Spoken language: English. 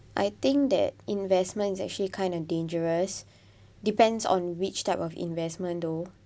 I think that investment is actually kind of dangerous depends on which type of investment though